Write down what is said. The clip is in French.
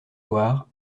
loire